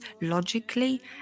logically